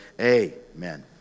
amen